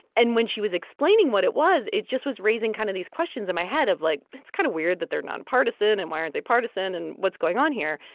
and when she was explaining what it was, it just was raising kind of these questions in my head of like, it's kind of weird that they're nonpartisan, and why aren't they partisan, and what's going on here?